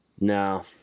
No